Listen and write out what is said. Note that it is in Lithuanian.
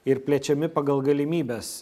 ir plečiami pagal galimybes